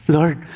Lord